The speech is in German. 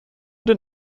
den